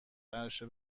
عرشه